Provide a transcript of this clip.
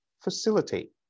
facilitate